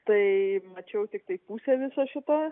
tai mačiau tiktai pusę viso šito